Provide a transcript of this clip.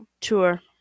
tour